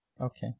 okay